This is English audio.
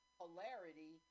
polarity